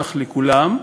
בטח לכולם,